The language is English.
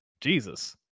Jesus